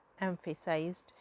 emphasized